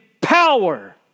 power